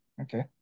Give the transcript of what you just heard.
Okay